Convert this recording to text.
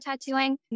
tattooing